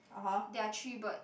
there are three birds